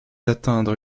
atteindre